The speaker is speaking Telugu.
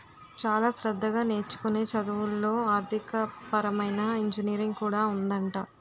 చాలా శ్రద్ధగా నేర్చుకునే చదువుల్లో ఆర్థికపరమైన ఇంజనీరింగ్ కూడా ఉందట